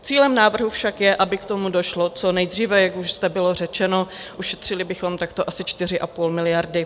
Cílem návrhu však je, aby k tomu došlo co nejdříve, jak už jste bylo řečeno, ušetřili bychom takto asi 4,5 miliardy.